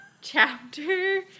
chapter